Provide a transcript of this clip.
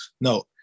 No